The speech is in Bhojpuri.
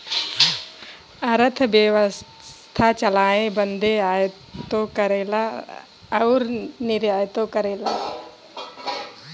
अरथबेवसथा चलाए बदे आयातो करला अउर निर्यातो करला